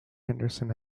henderson